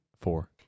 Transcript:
Four